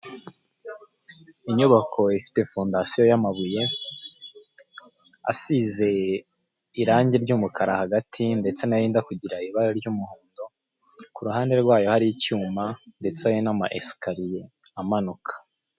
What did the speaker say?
Muri gare haparikwa ibinyabiziga, bisi zizana abantu zikanabatwara haparitsemo imodoka ifite amabara y'umweru n'ubururu ikaba ari imodoka nini igendamo n'abantu benshi cyane.